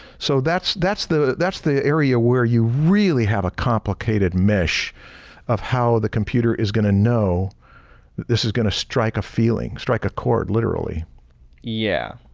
so that's that's the that's the area where you really have a complicated mesh of how the computer is gonna know this is gonna strike a feeling, strike a chord literally. stan yeah,